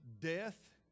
death